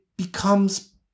Becomes